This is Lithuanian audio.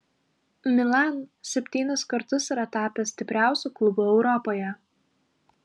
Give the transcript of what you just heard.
milan septynis kartus yra tapęs stipriausiu klubu europoje